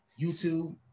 YouTube